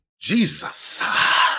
Jesus